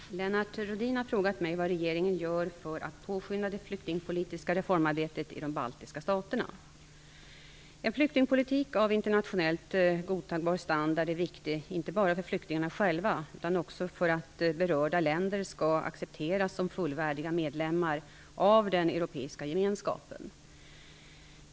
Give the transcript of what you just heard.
Fru talman! Lennart Rhodin har frågat mig vad regeringen gör för att påskynda det flyktingpolitiska reformarbetet i de baltiska staterna. En flyktingpolitik av internationellt godtagbar standard är viktig, inte bara för flyktingarna själva utan också för att berörda länder skall accepteras som fullvärdiga medlemmar av den europeiska gemenskapen.